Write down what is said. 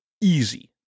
easy